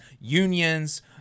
unions